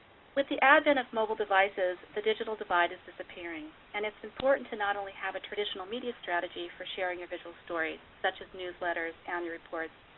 with the advent of mobile devices, the digital divide is disappearing, and it's important to not only have a traditional media strategy for sharing your visual story such as newsletters, and annual reports,